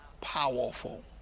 powerful